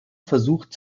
versucht